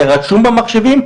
זה רשום במחשבים,